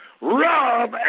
Rob